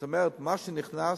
זאת אומרת, מה שנכנס,